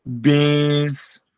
beans